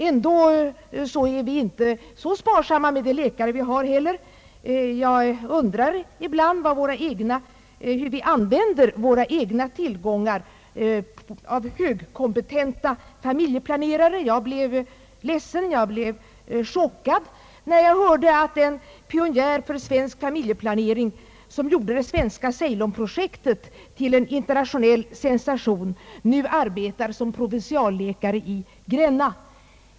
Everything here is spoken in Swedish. Ändå är vi inte så sparsamma med de läkare vi har. Jag undrar ibland hur vi använder våra egna tillgångar av högkompetenta familjeplanerare. Jag blev ledsen — jag blev chockad — när jag hörde att den pionjär för svensk familjeplanering, som gjorde det svenska Ceylonprojektet till en internationell sensation, nu arbetar som provinsialläkare i Gränna.